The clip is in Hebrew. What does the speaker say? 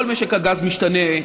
כל משק הגז משתנה,